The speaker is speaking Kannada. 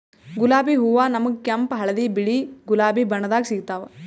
ಗುಲಾಬಿ ಹೂವಾ ನಮ್ಗ್ ಕೆಂಪ್ ಹಳ್ದಿ ಬಿಳಿ ಗುಲಾಬಿ ಬಣ್ಣದಾಗ್ ಸಿಗ್ತಾವ್